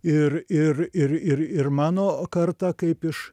ir ir ir ir ir mano karta kaip iš